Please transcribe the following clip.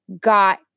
got